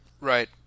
Right